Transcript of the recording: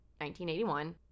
1981